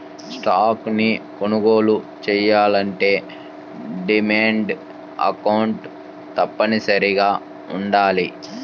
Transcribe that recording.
stocks ని కొనుగోలు చెయ్యాలంటే డీమాట్ అకౌంట్ తప్పనిసరిగా వుండాలి